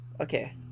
okay